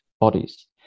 bodies